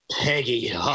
Peggy